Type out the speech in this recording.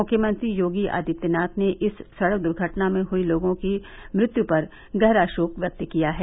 मुख्यमंत्री योगी आदित्यनाथ ने इस सड़क दुर्घटना में हुयी लोगों की मृत्यु पर गहरा शोक व्यक्त किया है